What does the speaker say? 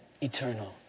eternal